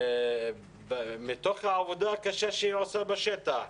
מתוך העבודה שהיא עושה בשטח.